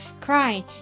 crying